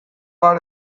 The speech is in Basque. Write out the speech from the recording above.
har